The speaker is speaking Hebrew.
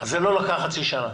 אז זה לא לקח חצי שנה.